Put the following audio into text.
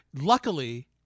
Luckily